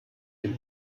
dem